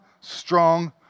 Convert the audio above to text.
strong